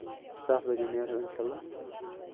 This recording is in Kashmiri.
سَتھ بَجے نیرو اِنشاءاللہ